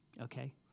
Okay